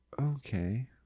Okay